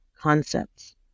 concepts